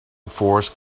forest